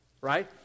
Right